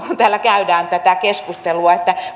täällä käydään tätä keskustelua